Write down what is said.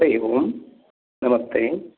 हरि ओं नमस्ते